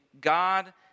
God